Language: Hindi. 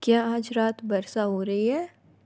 क्या आज रात वर्षा हो रही है